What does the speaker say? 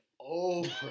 over